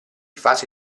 fase